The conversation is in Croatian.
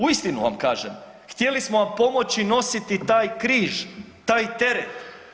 Uistinu vam kažem htjeli smo vam pomoći nositi taj križ, taj teret.